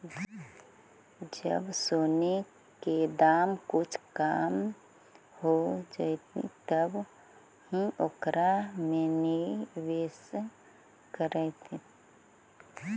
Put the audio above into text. जब सोने के दाम कुछ कम हो जइतइ तब ही ओकरा में निवेश करियह